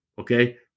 okay